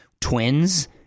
Twins